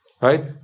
right